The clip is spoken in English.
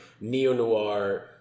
neo-noir